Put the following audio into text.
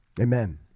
Amen